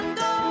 go